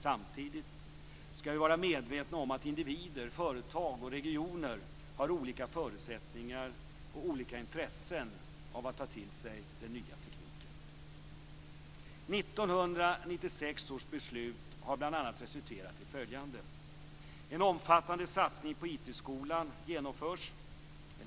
Samtidigt skall vi vara medvetna om att individer, företag och regioner har olika förutsättningar och olika intressen av att ta till sig den nya tekniken. 1996 års beslut har bl.a. resulterat i följande: · En omfattande satsning på IT i skolan genomförs.